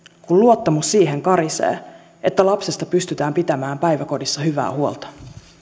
kun luottamus siihen karisee että lapsesta pystytään pitämään päiväkodissa hyvää huolta